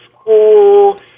school